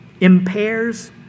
impairs